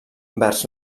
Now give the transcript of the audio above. vers